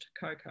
cocoa